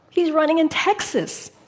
he's running in texas.